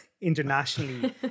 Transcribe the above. internationally